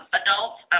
adults